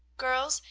girls,